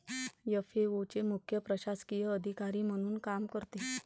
FAO चे मुख्य प्रशासकीय अधिकारी म्हणून काम करते